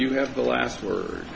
you have the last word